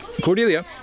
Cordelia